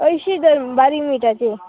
अंयशीं धर बारीक मिठाचें